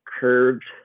curved